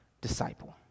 disciple